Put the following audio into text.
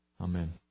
Amen